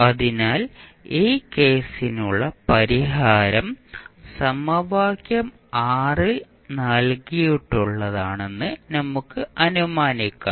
അതിനാൽ ഈ കേസിനുള്ള പരിഹാരം സമവാക്യം ൽ നൽകിയിട്ടുള്ളതാണെന്ന് നമുക്ക് അനുമാനിക്കാം